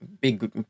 big